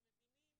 והם מבינים